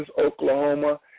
Oklahoma